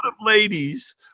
ladies